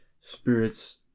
spirits